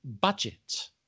Budget